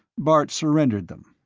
bart surrendered them.